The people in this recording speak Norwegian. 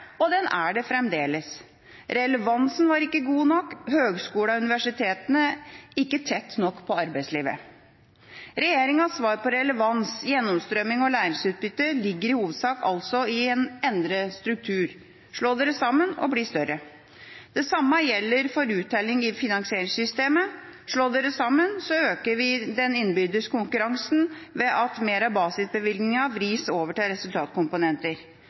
og den er det fremdeles. Relevansen var ikke god nok, og høyskolene og universitetene var ikke tett nok på arbeidslivet. Regjeringas svar på relevans, gjennomstrømming og læringsutbytte ligger i hovedsak i endret struktur: Slå dere sammen og bli større. Det samme gjelder for uttelling i finansieringssystemet: Slå dere sammen, så øker vi den innbyrdes konkurransen ved at mer av basisbevilgningene vris over til